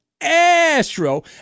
Astro